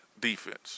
defense